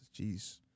jeez